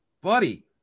buddy